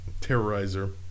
Terrorizer